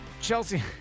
Chelsea